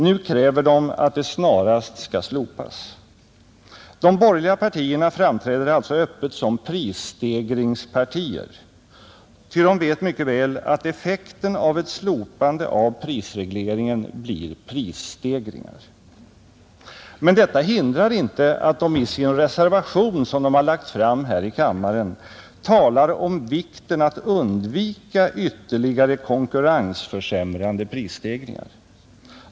Nu kräver de att det snarast skall slopas. De borgerliga partierna framträder alltså öppet som prisstegringspartier, ty de vet mycket väl att effekten av ett slopande av prisregleringen blir prisstegringar. Men detta hindrar inte att de i sin reservation, som de har lagt fram här i kammaren, talar om vikten av att undvika ytterligare konkurrensförsämrande prisstegringar.